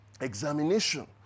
Examination